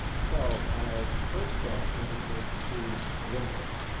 so my first question is to vincent.